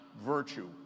virtue